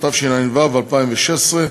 התשע"ו 2016,